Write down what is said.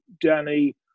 Danny